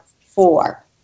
four